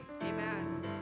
Amen